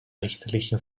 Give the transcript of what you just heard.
richterlichen